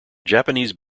japanese